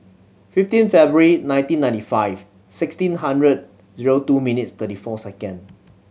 fifteen February nineteen ninety five sixteen hundred zero two minutes thirty four second